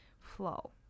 flow